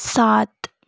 सात